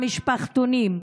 והמשפחתונים.